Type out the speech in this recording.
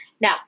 Now